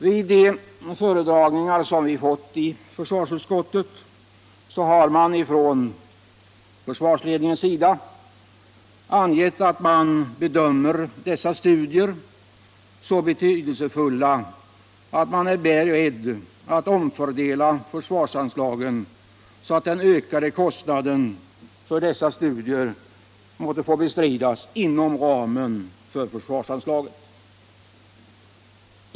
Vid de föredragningar som vi fått i försvarsutskottet har från försvarsledningens sida angetts att man där bedömer dessa studier som mycket betydelsefulla. Man är beredd att omfördela försvarsanslagen så att den ökade kostnaden för dessa studier bestrids inom ramen för försvarsanslaget.